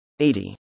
80